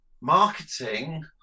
marketing